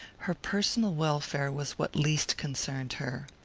her personal welfare was what least concerned her.